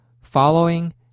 following